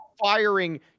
firing